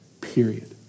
Period